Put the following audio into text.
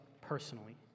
personally